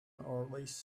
always